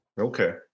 Okay